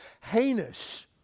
heinous